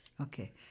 Okay